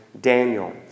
Daniel